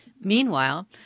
Meanwhile